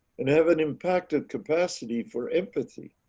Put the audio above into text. and have an impacted capacity for empathy